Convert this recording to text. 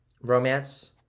romance